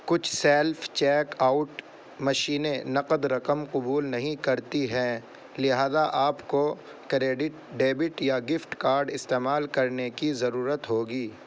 کچھ self check out مشینیں نقد رقم قبول نہیں کرتی ہیں لہٰذا آپ کو کریڈٹ ڈیبٹ یا گفٹ کاڈ استعمال کرنے کی ضرورت ہوگی